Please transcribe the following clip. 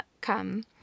come